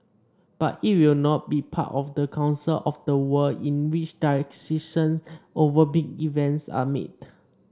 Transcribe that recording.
but it will not be part of the council of the world in which decisions over big events are made